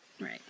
Right